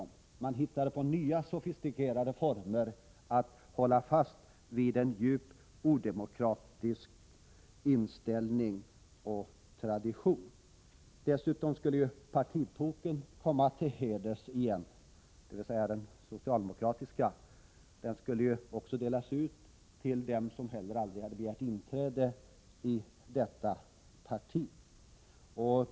Man hittade då på nya sofistikerade former för att hålla fast vid en djupt odemokratisk inställning och tradition. Dessutom skulle den socialdemokratiska partiboken komma till heders igen. Den skulle också delas ut även till dem som aldrag hade begärt inträde i partiet.